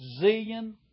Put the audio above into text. zillion